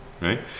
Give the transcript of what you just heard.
Right